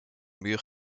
muur